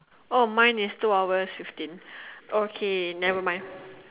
oh mine is two hour fifteen okay never mind